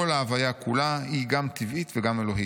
כל ההוויה כולה 'היא גם טבעית וגם אלוהית',